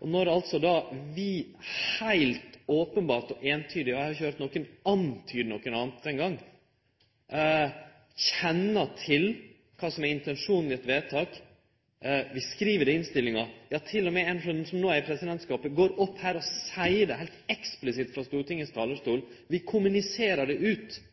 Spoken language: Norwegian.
Noreg. Når vi heilt openbert og eintydig – og eg har ikkje høyrt nokon antyde noko anna eingong – kjenner til kva som er intensjonen i eit vedtak, vi skriv det i innstillinga, ja til og med ein som no er i presidentskapet, går opp og seier det heilt eksplisitt frå Stortingets talarstol, vi kommuniserer det ut –